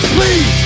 Please